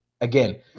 Again